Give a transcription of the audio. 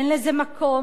אין לזה מקום,